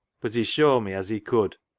but he's shown me as he could.